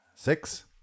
six